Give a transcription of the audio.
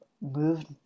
moved